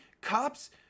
cops